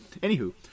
anywho